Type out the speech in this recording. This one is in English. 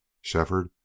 Shefford